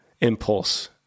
impulse